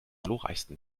glorreichsten